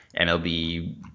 mlb